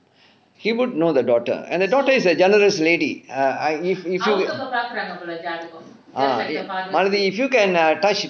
he would know the daughter and the daughter is a generous lady err I if if you ah melody if you can err touch